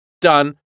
done